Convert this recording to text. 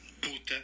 Puta